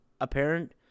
apparent